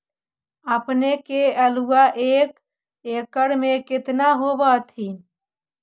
अपने के आलुआ एक एकड़ मे कितना होब होत्थिन?